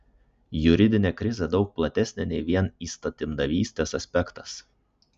juridinė krizė daug platesnė nei vien įstatymdavystės aspektas